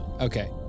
Okay